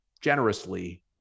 generously